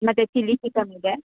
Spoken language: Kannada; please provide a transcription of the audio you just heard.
ಮತ್ತೆ ಚಿಲ್ಲಿ ಚಿಕನ್ ಇದೆ